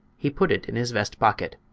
he put it in his vest pocket.